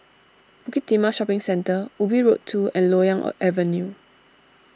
Bukit Timah Shopping Centre Ubi Road two and Loyang Avenue